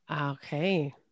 Okay